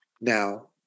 Now